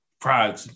pride